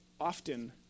often